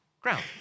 ground